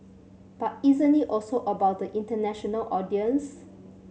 but isn't it also about the international audience